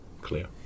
Clear